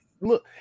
look